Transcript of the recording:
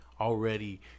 already